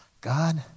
God